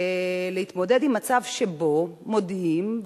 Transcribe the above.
להתמודד עם מצב שבו מודיעים,